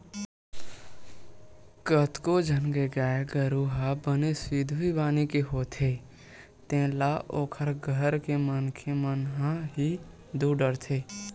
कतको झन के गाय गरु ह बने सिधवी बानी होथे तेन ल ओखर घर के मनखे मन ह ही दूह डरथे